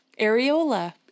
areola